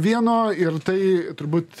vieno ir tai turbūt